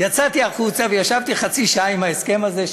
יצאתי החוצה וישבתי חצי שעה עם ההסכם הזה,